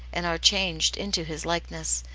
and are changed into his likeness,